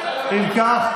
אם כך,